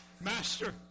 Master